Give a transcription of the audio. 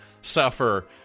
suffer